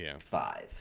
five